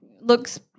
looks